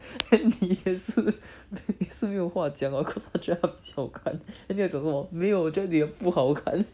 then 你也是你也是没有话讲 of course 他觉得他的比较好看 then 你要讲什么没有我觉得你的不好看